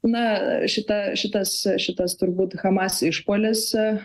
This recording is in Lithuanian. na šitą šitas šitas turbūt hamas išpuolis